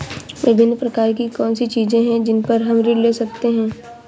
विभिन्न प्रकार की कौन सी चीजें हैं जिन पर हम ऋण ले सकते हैं?